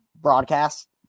broadcast